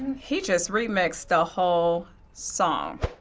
he just remixed the whole song.